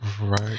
Right